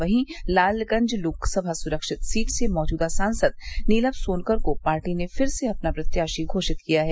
वहीं लालगंज लोकसभा स्रक्षित सीट से मैजूदा सांसद नीलम सोनकर को पार्टी ने फिर से अपना प्रत्याशी घोषित किया है